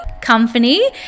company